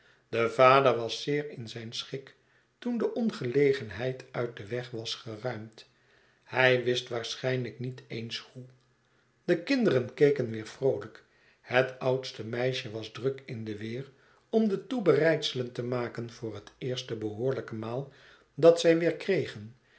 de vader was zeer in zijn schik toen de ongelegenheid uit den weg was geruimd hij wist waarschijnlijk niet eens hoe de kinderen keken weer vroolijk het oudste meisje was druk in de weer om de toebereidselen te maken voor het eerste behoorlijke maal dat zij weer kregen